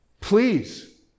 please